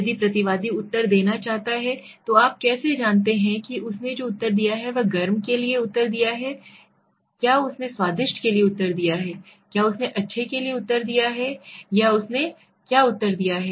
यदि प्रतिवादी उत्तर देना चाहता है तो आप कैसे जानते हैं कि उसने जो उत्तर दिया है वह गर्म के लिए उत्तर दिया गया है क्या उसने स्वादिष्ट के लिए उत्तर दिया है क्या उसने अच्छे के लिए उत्तर दिया है उसने क्या उत्तर दिया है